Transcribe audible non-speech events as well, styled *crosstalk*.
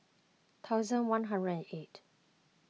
thousand one *unintelligible* eight